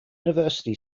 university